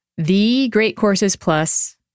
thegreatcoursesplus